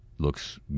Looks